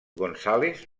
gonzález